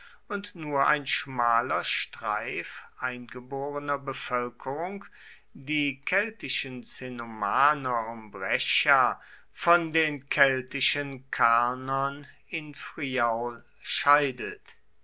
und nur ein schmaler streif eingeborener bevölkerung die keltischen cenomaner um brescia von den keltischen karnern in friaul scheidet